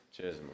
Cheers